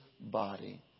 body